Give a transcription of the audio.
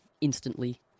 instantly